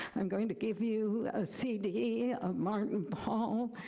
i'm gonna give you a cd of martin paul,